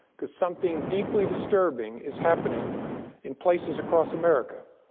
because something deeply disturbing is happening in places across america.